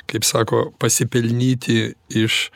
kaip sako pasipelnyti iš